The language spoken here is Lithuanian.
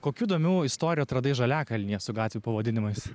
kokių įdomių istorijų atradai žaliakalnyje su gatvių pavadinimais